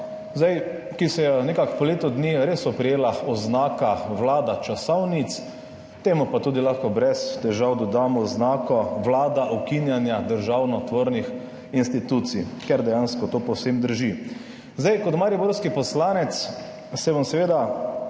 ki se je je nekako po letu dni res oprijela oznaka »vlada časovnic«, temu pa tudi lahko brez težav dodamo oznako "vlada ukinjanja državotvornih institucij«, ker dejansko to povsem drži. Kot mariborski poslanec se bom seveda